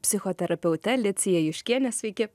psichoterapeute licija juškiene sveiki